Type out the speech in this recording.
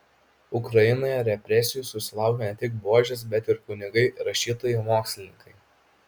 ukrainoje represijų susilaukė ne tik buožės bet ir kunigai rašytojai mokslininkai